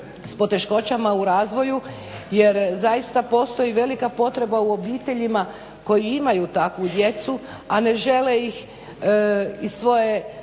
s poteškoćama u razvoju jer zaista postoji velika potreba u obiteljima koji imaju takvu djecu, a ne žele ih iz svoje